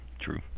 true